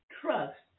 trust